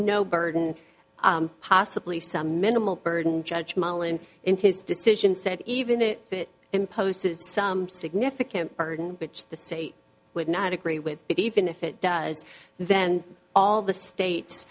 no burden possibly some minimal burden judge moland in his decision said even if it imposed some significant burden which the state would not agree with it even if it does then all the state